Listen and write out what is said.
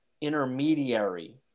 intermediary